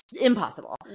Impossible